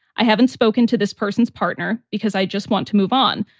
i haven't spoken to this person's partner because i just want to move on.